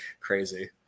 crazy